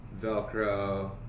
velcro